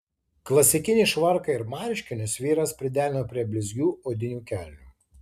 klasikinį švarką ir marškinius vyras priderino prie blizgių odinių kelnių